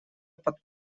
под